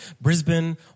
Brisbane